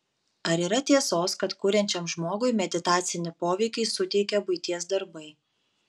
ar yra tiesos kad kuriančiam žmogui meditacinį poveikį suteikia buities darbai